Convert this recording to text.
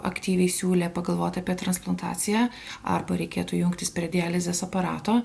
aktyviai siūlė pagalvoti apie transplantaciją arba reikėtų jungtis prie dializės aparato